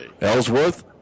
Ellsworth